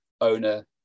owner